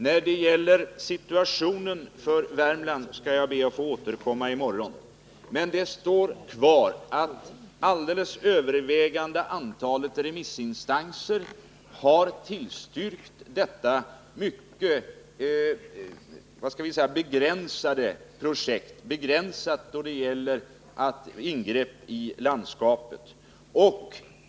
När det gäller situationen för Värmland skall jag be att få återkomma till den i morgon. Men det står kvar att det alldeles övervägande antalet remissinstanser har tillstyrkt detta då det gäller ingrepp i landskapet mycket begränsade projekt.